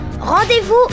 Rendez-vous